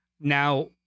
now